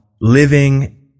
living